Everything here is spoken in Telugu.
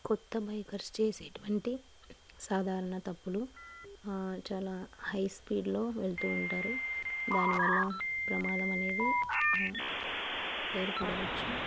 కొత్త బైకర్స్ చేసేటువంటి సాధారణ తప్పులు చాలా హై స్పీడ్లో వెళ్తూ ఉంటారు దానివల్ల ప్రమాదం అనేది ఏర్పడవచ్చు